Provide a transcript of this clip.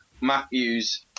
Matthews